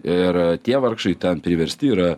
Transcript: ir tie vargšai ten priversti yra